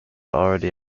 already